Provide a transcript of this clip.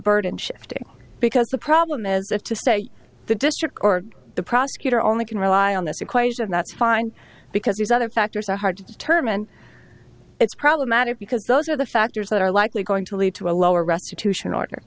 burden shifting because the problem is that to state the district court the prosecutor only can rely on this equation that's fine because these other factors are hard to determine it's problematic because those are the factors that are likely going to lead to a lower